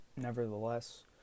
Nevertheless